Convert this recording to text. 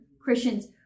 Christians